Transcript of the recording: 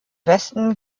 westen